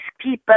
people